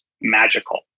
magical